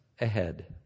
ahead